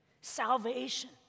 Salvation